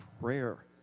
prayer